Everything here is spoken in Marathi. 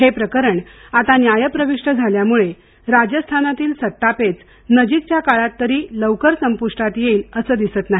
हे प्रकरण आता न्यायप्रविष्ट झाल्यामुळे राजस्थानातील सत्तापेच नजीकच्या काळात तरी लवकर संपुष्टात येईल असं दिसत नाही